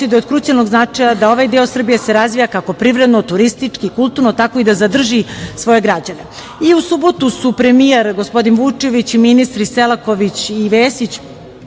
od krucijalnog značaja da se ovaj deo Srbije razvija, kako privredno, turistički, kulturno, tako i da zadrži svoje građane.U subotu su premijer gospodin Vučević, ministri Selaković i Vesić